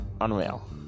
Unreal